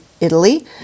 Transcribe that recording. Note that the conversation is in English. italy